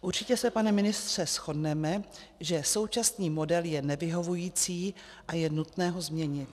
Určitě se, pane ministře, shodneme, že současný model je nevyhovující a je nutné ho změnit.